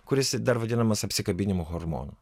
kuris dar vadinamas apsikabinimų hormonu